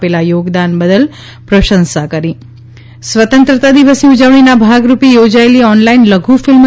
આપેલા યોગદાન બદલ પ્રશંસા કરી સ્વતંત્રતા દિવસની ઉજવણીના ભાગરૂપે યોજાએલી ઓનલાઇન લધુ ફિલ્મ